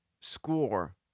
score